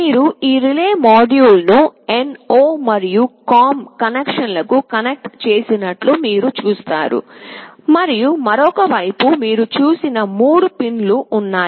మీరు ఈ relay module ను NO మరియు COM కనెక్షన్లకు కనెక్ట్ చేసినట్లు మీరు చూస్తారు మరియు మరొక వైపు మీరు చూసిన 3 పిన్లు ఉన్నాయి